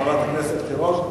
חברת הכנסת תירוש,